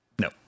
no